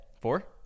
Four